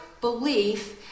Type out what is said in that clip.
belief